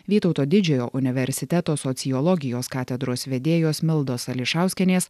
vytauto didžiojo universiteto sociologijos katedros vedėjos mildos ališauskienės